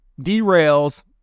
derails